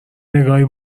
نگاهی